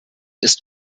ist